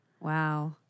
Wow